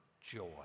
joy